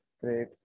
great